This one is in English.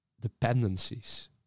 dependencies